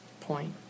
point